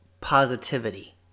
positivity